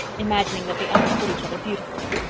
imagining that they understood each other beautifully.